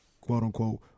quote-unquote